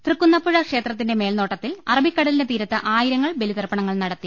തൃക്കുന്നപ്പുഴ ക്ഷേത്രത്തിന്റെ മേൽനോട്ടത്തിൽ അറബിക്കടലിന്റെ തീരത്ത് ആയിരങ്ങൾ ബലിതർപ്പണം നടത്തി